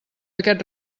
aquest